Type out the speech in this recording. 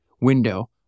window